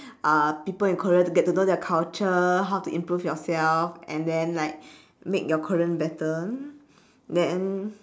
uh people in korea to get to know their culture how to improve yourself and then like make your korean better then